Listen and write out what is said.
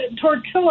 tortilla